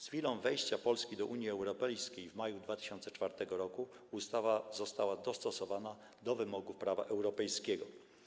Z chwilą wejścia Polski do Unii Europejskiej w maju 2004 r. ustawa została dostosowana do wymogów prawa europejskiego.